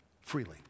freely